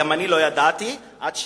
גם אני לא ידעתי עד שקראתי.